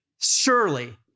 surely